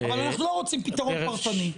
אבל אנחנו לא רוצים פתרון פרטני.